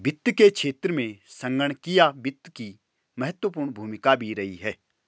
वित्त के क्षेत्र में संगणकीय वित्त की महत्वपूर्ण भूमिका भी रही है